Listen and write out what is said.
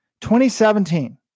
2017